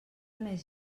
més